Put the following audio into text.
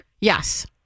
Yes